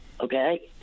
okay